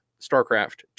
StarCraft